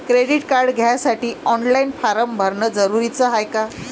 Credit card घ्यासाठी online form भरन जरुरीच हाय का?